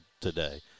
today